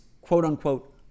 quote-unquote